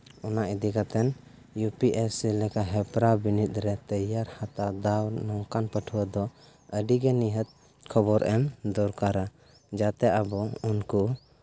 ᱚᱱᱟ ᱤᱫᱤ ᱠᱟᱛᱮ ᱤᱭᱩ ᱯᱤ ᱮᱥ ᱥᱤ ᱞᱮᱠᱟ ᱦᱮᱯᱨᱟᱣ ᱵᱤᱱᱤᱰ ᱨᱮ ᱛᱮᱭᱟᱨ ᱦᱟᱛᱟᱣ ᱫᱟᱣ ᱱᱚᱝᱠᱟᱱ ᱯᱟᱹᱴᱷᱩᱣᱟᱹ ᱫᱚ ᱟᱹᱰᱤ ᱜᱮ ᱱᱤᱦᱟᱹᱛ ᱠᱷᱚᱵᱚᱨ ᱮᱢ ᱫᱚᱨᱠᱟᱨᱟ ᱡᱟᱛᱮ ᱟᱵᱚ ᱩᱱᱠᱩ